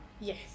Yes